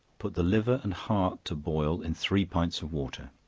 put the liver and heart to boil in three pints of water